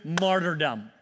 martyrdom